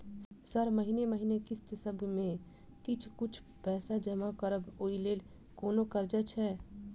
Sir महीने महीने किस्तसभ मे किछ कुछ पैसा जमा करब ओई लेल कोनो कर्जा छैय?